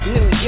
New